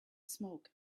smoke